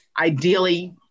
Ideally